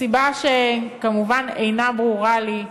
מסיבה שכמובן אינה ברורה לי,